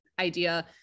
idea